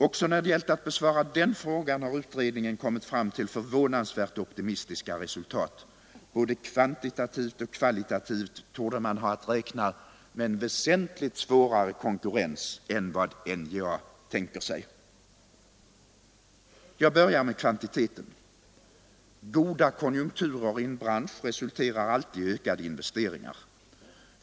Också när det gällt att besvara den frågan har utredningen kommit fram till förvånansvärt optimistiska resultat. Både kvantitativt och kvalitativt torde man ha att räkna med väsentligt svårare konkurrens än vad NJA tänker sig. Jag börjar med kvantiteten. Goda konjunkturer i en bransch resulterar alltid i ökade investeringar.